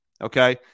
Okay